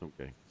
Okay